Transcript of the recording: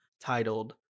titled